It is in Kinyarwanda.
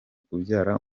kubyara